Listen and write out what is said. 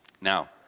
Now